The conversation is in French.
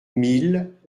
mille